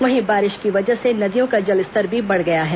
वहीं बारिश की वजह से नदियों का जलस्तर भी बढ़ गया है